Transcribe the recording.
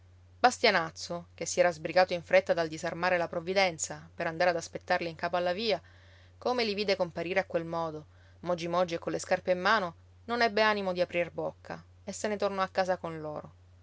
bastianazzo che si era sbrigato in fretta dal disarmare la provvidenza per andare ad aspettarli in capo alla via come li vide comparire a quel modo mogi mogi e colle scarpe in mano non ebbe animo di aprir bocca e se ne tornò a casa con loro